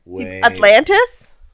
Atlantis